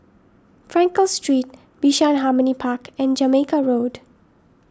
Frankel Street Bishan Harmony Park and Jamaica Road